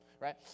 right